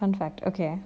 fun fact okay